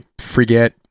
forget